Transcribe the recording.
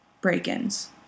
break-ins